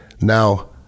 Now